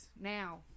now